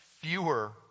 fewer